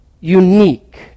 unique